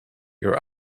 your